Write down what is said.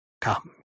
Come